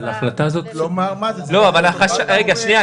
ההכנסה --- שנייה,